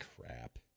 crap